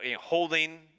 holding